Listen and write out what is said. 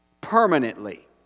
permanently